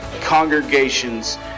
congregations